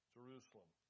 Jerusalem